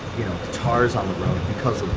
you know guitars on the road